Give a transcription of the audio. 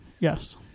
Yes